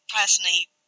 personally